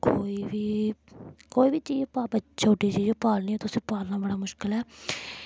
कोई बी कोई बी चीज पा ब छोटी चीज होऐ पालनी होए ते उस्सी पालना बड़ा मुश्कल ऐ